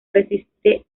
resiste